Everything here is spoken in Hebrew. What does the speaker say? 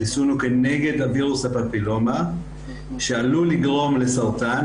החיסון הוא כנגד וירוס הפפילומה שעלול לגרום לסרטן,